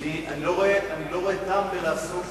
אני לא רואה טעם לעסוק